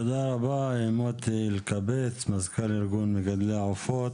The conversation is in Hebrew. תודה רבה מוטי אלקבץ, מזכ"ל ארגון מגדלי העופות.